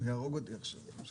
הוא יהרוג אותי עכשיו.